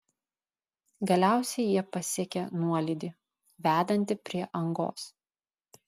galiausiai jie pasiekė nuolydį vedantį prie angos